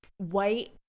White